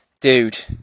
dude